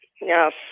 yes